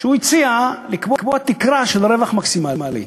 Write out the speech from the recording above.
הוא הציע לקבוע תקרה של רווח מקסימלי,